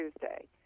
Tuesday